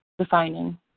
Defining